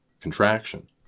contraction